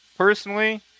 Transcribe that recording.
Personally